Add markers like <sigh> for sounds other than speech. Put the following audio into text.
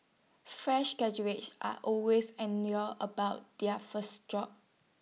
fresh graduates are always <unintelligible> about their first job